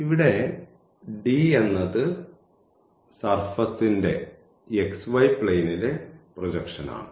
ഇവിടെ D എന്നത് സർഫസ്ന്റെ xy പ്ലെയിനിലെ പ്രൊജക്ഷനാണ്